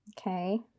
Okay